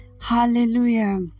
Hallelujah